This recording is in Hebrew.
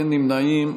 אין נמנעים.